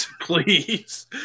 please